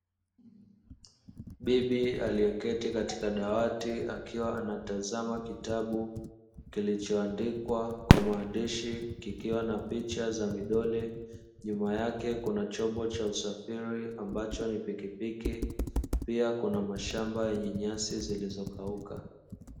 Bibi aliyeketi katika dawati akiwa anatazama kitabu kilichoandikwa kwa maandishi kikiwa na picha za midoli, nyuma yake kuna chombo cha usafiri ambacho ni pikipiki pia kuna mashamba yenye nyasi zilizokauka.